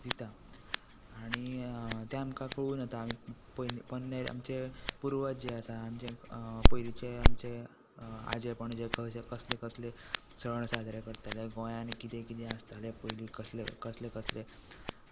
दिता आनी तें आमकां कळून येता आमचे पुर्वज जे आसा आमचे पयलींचे आमचे आजे पणजे कसले कसले सण साजरे करताले गोंयांत कितें कितें आसतालें पयलीं कसले कसले कसले